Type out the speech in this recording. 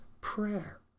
prayer